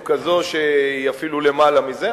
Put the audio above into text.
או כזו שהיא אפילו למעלה מזה.